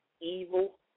evil